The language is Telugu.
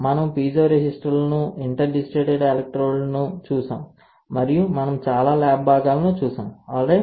మనము పిజో రెసిస్టర్లను ఇంటర్ డిజిటేటడ్ ఎలక్ట్రోడ్లను చూశాము మరియు మనము చాలా ల్యాబ్ భాగాలను చూశాము ఆల్రైట్